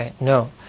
No